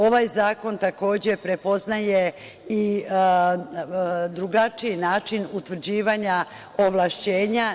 Ovaj zakon, takođe, prepoznaje i drugačiji način utvrđivanja ovlašćenja.